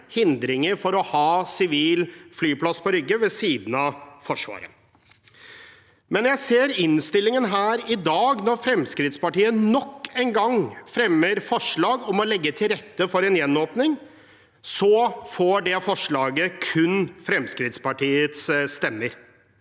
hindringer for å ha sivil flyplass på Rygge ved siden av Forsvaret. Jeg ser i innstillingen her i dag at når Fremskrittspartiet nok en gang fremmer forslag om å legge til rette for en gjenåpning, får det forslaget kun Fremskrittspartiets stemmer.